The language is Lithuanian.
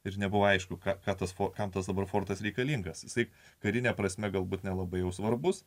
ir nebuvo aišku ką tas foliantas dabar fortas reikalingas su karine prasme galbūt nelabai jau svarbus